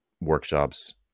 workshops